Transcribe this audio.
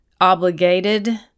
obligated